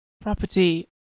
property